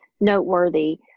noteworthy